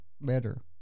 better